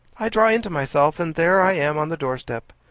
i draw into myself and there i am on the doorstep.